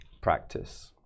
practice